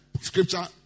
scripture